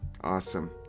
Awesome